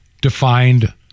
defined